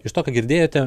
iš to ką girdėjote